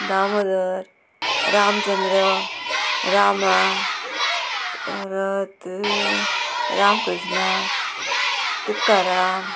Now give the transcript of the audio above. दामोदर रामचंद्र रामा परत रामकृष्णा तुक्काराम